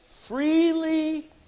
freely